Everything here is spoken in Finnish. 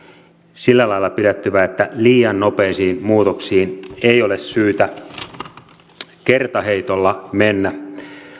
sillä lailla pidättyvä että liian nopeisiin muutoksiin ei ole syytä kertaheitolla mennä